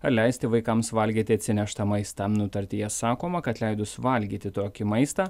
ar leisti vaikams valgyti atsineštą maistą nutartyje sakoma kad leidus valgyti tokį maistą